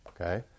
Okay